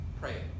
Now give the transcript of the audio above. pray